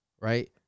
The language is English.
right